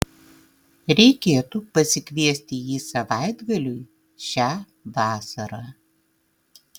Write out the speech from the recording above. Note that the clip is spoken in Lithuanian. reikėtų pasikviesti jį savaitgaliui šią vasarą